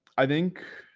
i think.